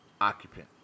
occupant